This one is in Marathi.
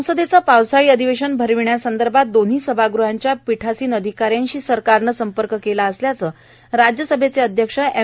संसदेचं पावसाळी अधिवेशन अरविण्यासंदर्भात दोन्ही सभागृहांच्या पीठासीन अधिकाऱ्यांशी सरकारनं संपर्क केला असल्याचं राज्यसभा अध्यक्ष एम